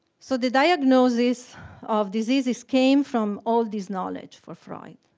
so the diagnosis of diseases came from all this knowledge for freud.